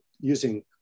using